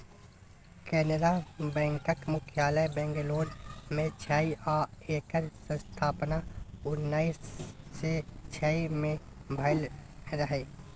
कैनरा बैकक मुख्यालय बंगलौर मे छै आ एकर स्थापना उन्नैस सँ छइ मे भेल रहय